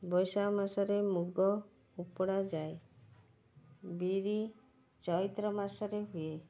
ବୈଶାଖ ମାସରେ ମୁଗ ଉପୁଡ଼ା ଯାଏ ବିରି ଚୈତ୍ର ମାସରେ ହୁଏ